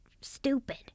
stupid